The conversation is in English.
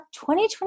2020